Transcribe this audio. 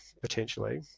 potentially